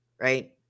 right